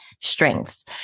Strengths